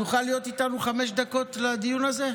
תוכל להיות איתנו חמש דקות לדיון הזה?